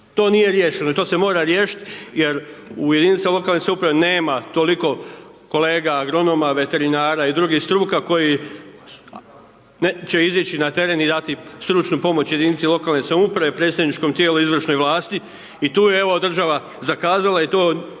to nije riješeno i to se mora riješiti jer u jedinicama lokalne samouprave nema toliko kolega agronoma, veterinara i drugih struka koji neće izaći na teren i dati stručnu pomoć jedinici lokalne samouprave, predstavničkom tijelu i izvršnoj vlasti i to, evo, država zakazala i to treba